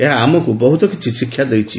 ଏହା ଆମକୁ ବହୁତ କିଛି ଶିକ୍ଷା ଦେଇଛି